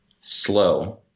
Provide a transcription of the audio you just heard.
slow